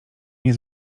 nie